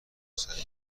سعی